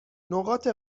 نقاط